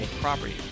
property